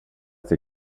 till